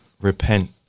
Repent